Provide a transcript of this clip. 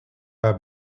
pas